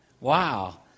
Wow